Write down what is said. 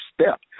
step